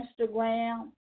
Instagram